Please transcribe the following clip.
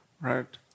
Right